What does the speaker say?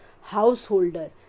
householder